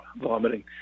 vomiting